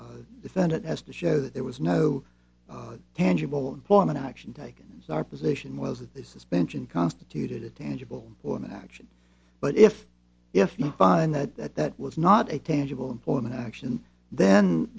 defendant has to show that there was no tangible employment action taken as our position was that the suspension constituted a tangible form of action but if if you find that that that was not a tangible employment action then